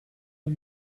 are